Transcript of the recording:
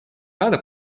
рада